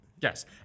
Yes